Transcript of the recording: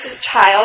child